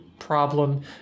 problem